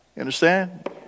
understand